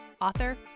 author